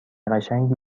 قشنگی